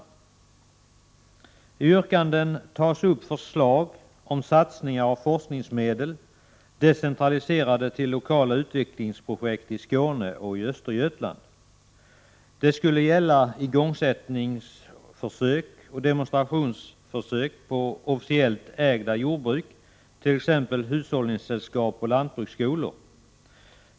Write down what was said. I yrkanden tas upp förslag om satsningar av forskningsmedel decentraliserade till lokala utvecklingsprojekt i Skåne och Östergötland. Det skulle gälla igångsättningsförsök och demonstrationsförsök på offentligt ägda jordbruk, t.ex. jordbruk ägda av hushållningssällskap och lantbruksskolor.